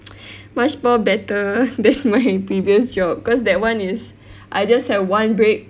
much more better than my previous job cause that one is I just have one break